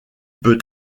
peut